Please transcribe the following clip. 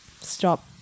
stop